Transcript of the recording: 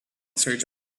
search